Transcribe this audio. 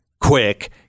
quick